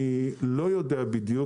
אני לא בדיוק יודע.